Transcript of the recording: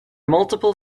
multiple